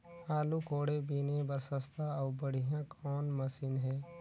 आलू कोड़े बीने बर सस्ता अउ बढ़िया कौन मशीन हे?